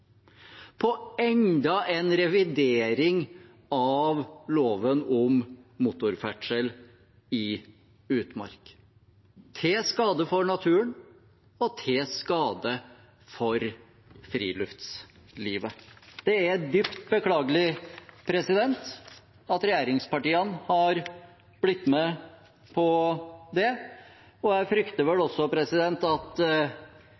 på enda en revidering av loven om motorferdsel i utmark – til skade for naturen og til skade for friluftslivet. Det er dypt beklagelig at regjeringspartiene har blitt med på det, og jeg frykter vel også at